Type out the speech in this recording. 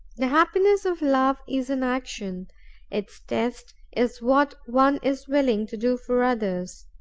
the happiness of love is in action its test is what one is willing to do for others.